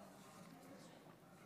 תודה רבה לך.